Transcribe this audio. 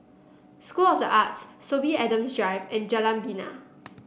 School of the Arts Sorby Adams Drive and Jalan Bena